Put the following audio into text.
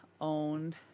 owned